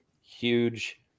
huge